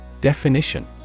Definition